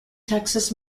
texas